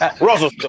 Russell